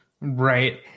Right